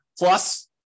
plus